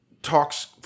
talks